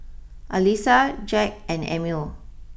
Alissa Jack and Emil